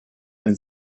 and